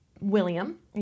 William